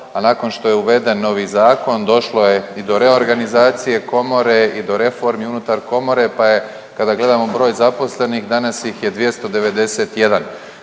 a nakon što je uveden novi zakon došlo je i do reorganizacije komore i do reformi unutar komore pa je kada gledamo broj zaposlenih danas ih je 291.